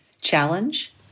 challenge